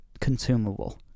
consumable